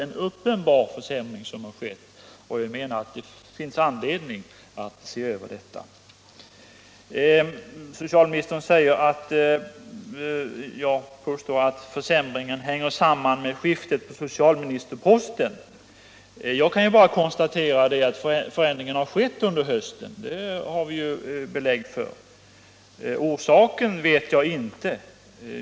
En uppenbar försämring har skett, och vi menar att det finns anledning att se över detta. Socialministern säger att jag påstår att försämringen hänger samman med skiftet på socialministerposten. Jag kan bara konstatera att förändringen har skett under hösten; det har vi ju belägg för. Orsaken känner jag inte.